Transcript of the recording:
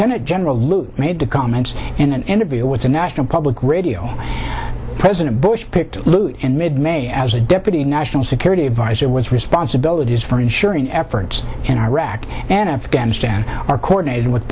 t general lute made the comments in an interview with the national public radio president bush picked lute in mid may as a deputy national security advisor was responsibilities for ensuring efforts in iraq and afghanistan are coordinated with